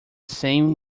same